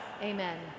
Amen